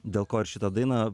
dėl ko ir šitą dainą